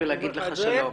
ולומר לך שלום.